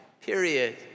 period